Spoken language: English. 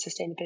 sustainability